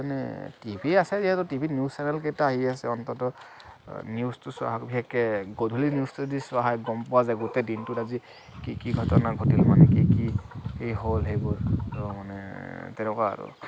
সেইকাৰণে টিভি আছে যিহেতু টিভিত নিউজ চেনেল কেইটা আহি আছে অন্তঃত নিউজটো চোৱা বিশেষকে গধূলি নিউজটো যদি চোৱা হয় গম পোৱা যায় গোটেই দিনটোত আজি কি কি ঘটনা ঘটিল মানে কি কি হ'ল সেইবোৰ মানে তেনেকুৱা আৰু